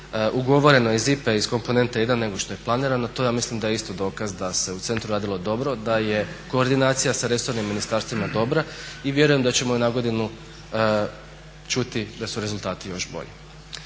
ugovoreno iz IPA-e iz komponente 1 nego što je planirano to ja mislim da je isto dokaz da se u centru radilo dobro, da je koordinacija sa resornim ministarstvima dobra i vjerujem da ćemo i na godinu čuti da su rezultati još bolji.